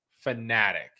fanatic